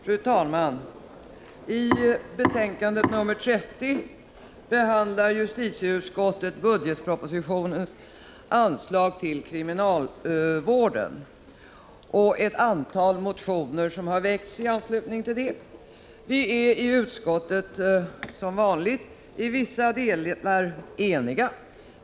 Fru talman! I betänkande 30 behandlar justitieutskottet budgetpropositionens anslag till kriminalvården och ett antal motioner som har väckts i anslutning härtill. Vi är i utskottet som vanligt i vissa delar eniga.